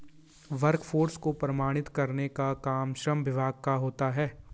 workforce को प्रमाणित करने का काम श्रम विभाग का होता है